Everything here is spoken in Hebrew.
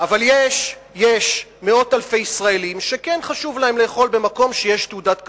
אבל יש מאות אלפי ישראלים שכן חשוב להם לאכול במקום שיש בו תעודת כשרות,